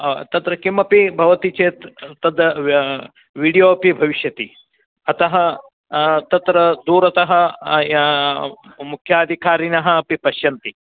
तत्र किमपि भवति चेत् तद् वीडियो अपि भविष्यति अतः तत्र दूरतः मुख्याधिकारिणः अपि पश्यन्ति